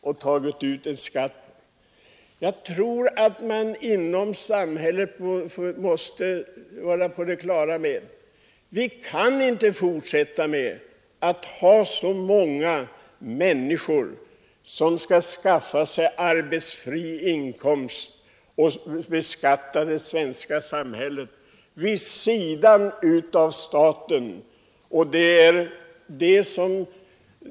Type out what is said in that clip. Vi måste vara på det klara med att vi inom samhället inte kan fortsätta att ha så många människor som kan skaffa sig arbetsfri inkomst och vid sidan av staten beskatta det svenska folket.